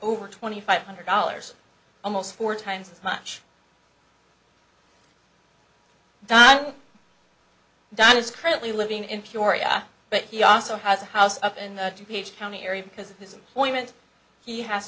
over twenty five hundred dollars almost four times as much don don is currently living in peoria but he also has a house up in the two ph county area because of his employment he has